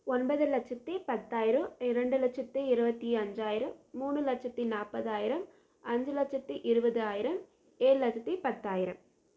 ஒன்பது லட்சத்து பத்தாயிரம் இரண்டு லட்சத்து இருபத்தி அஞ்சாயிரம் மூணு லட்சத்து நாற்பதாயிரம் அஞ்சு லட்சத்து இருபதாயிரம் ஏழு லட்சத்து பத்தாயிரம்